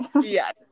Yes